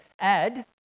add